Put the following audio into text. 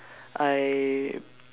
I